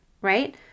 right